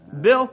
Bill